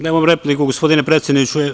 Nemam repliku gospodine predsedniče.